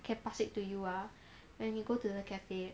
can pass it to you ah when you go to the cafe